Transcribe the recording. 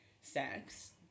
sex